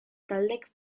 taldek